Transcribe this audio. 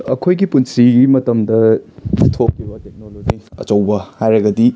ꯑꯩꯈꯣꯏꯒꯤ ꯄꯨꯟꯁꯤꯒꯤ ꯃꯇꯝꯗ ꯊꯣꯛꯈꯤꯕ ꯇꯦꯛꯅꯣꯂꯣꯖꯤ ꯑꯆꯧꯕ ꯍꯥꯏꯔꯒꯗꯤ